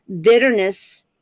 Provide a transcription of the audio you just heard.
Bitterness